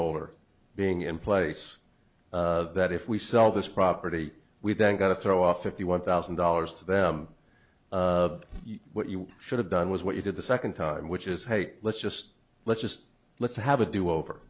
holder being in place that if we sell this property we've got to throw off if you want thousand dollars to them of what you should have done was what you did the second time which is hate let's just let's just let's have a do over